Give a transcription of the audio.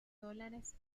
dólares